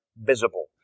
visible